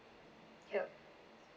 yup